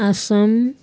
Assam